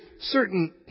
certain